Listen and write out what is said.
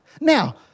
Now